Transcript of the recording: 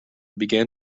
began